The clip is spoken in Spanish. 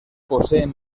poseen